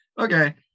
Okay